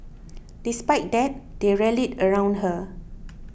despite that they rallied around her